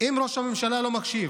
אם ראש הממשלה לא מקשיב?